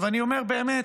אני אומר, באמת,